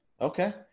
Okay